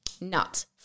nuts